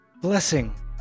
blessing